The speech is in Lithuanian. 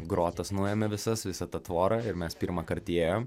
grotas nuėmė visas visą tą tvorą ir mes pirmąkart įėjom